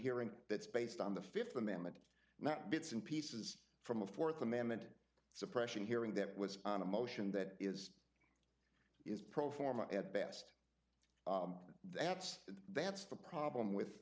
hearing that's based on the fifth amendment and that bits and pieces from a fourth amendment suppression hearing that was on a motion that is is pro forma at best that's that's the problem with